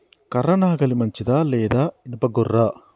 కర్ర నాగలి మంచిదా లేదా? ఇనుప గొర్ర?